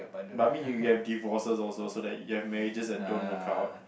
but mean you have have divorces also so that you have marriages that don't work out